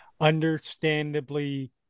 understandably